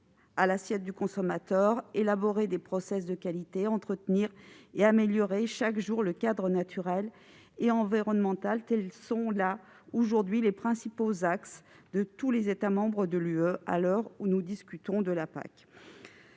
à l'assiette du consommateur, élaborer des process de qualité, entretenir et améliorer chaque jour le cadre naturel et environnemental, tels sont aujourd'hui les principaux axes de travail pour tous les États membres de l'Union européenne, à l'heure où nous discutons de la